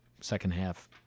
second-half